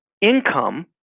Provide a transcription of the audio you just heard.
income